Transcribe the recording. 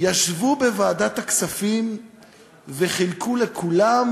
ישבו בוועדת הכספים וחילקו לכולם,